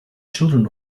children